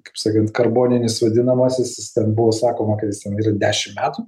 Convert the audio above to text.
kaip sakant karboninis vadinamasis jis ten buvo sakoma kad jis ten yra dešim metų